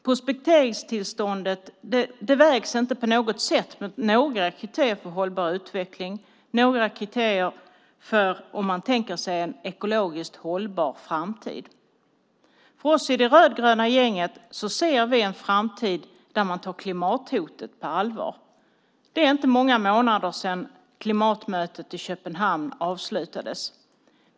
Prospekteringstillståndet vägs inte på något sätt mot några kriterier för hållbar utveckling eller om man tänker sig en ekologiskt hållbar framtid. Vi i det rödgröna gänget ser en framtid där man tar klimathotet på allvar. Det är inte många månader sedan klimatmötet i Köpenhamn avslutades.